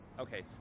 okay